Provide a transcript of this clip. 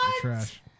Trash